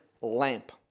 lamp